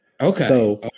Okay